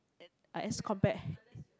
uh as compared